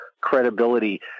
credibility